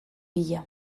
bila